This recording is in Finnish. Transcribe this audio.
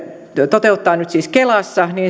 toteuttaa nyt siis kelassa